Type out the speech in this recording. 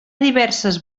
diverses